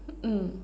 mm